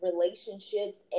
relationships